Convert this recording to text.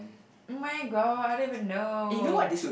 oh-my-god I don't even know